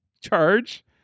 charge